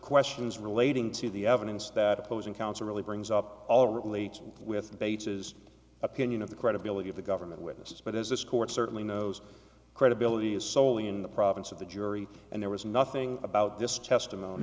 questions relating to the evidence that opposing counsel really brings up all relates with bates's opinion of the credibility of the government witnesses but as this court certainly knows credibility is solely in the province of the jury and there was nothing about this testimony